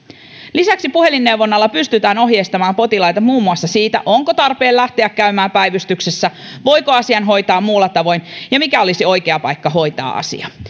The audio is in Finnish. lisäksi puhelinneuvonnalla pystytään ohjeistamaan potilaita muun muassa siitä onko tarpeen lähteä käymään päivystyksessä voiko asian hoitaa muulla tavoin ja mikä olisi oikea paikka hoitaa asia